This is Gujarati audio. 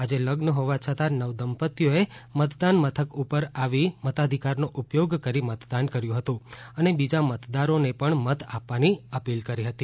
આજે લઝન હોવા છતાં નવદંપતિઓએ મતદાન મથક ઉપર આવી મતાધિકારનો ઉપયોગ કરી મતદાન કર્યું હતું અને બીજા મતદારોને પણ મત આપવાની અપીલ કરી હતી